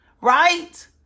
Right